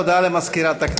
הודעה למזכירת הכנסת.